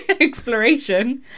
exploration